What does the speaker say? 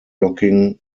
locking